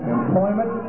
Employment